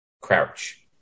crouch